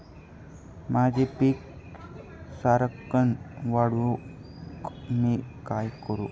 माझी पीक सराक्कन वाढूक मी काय करू?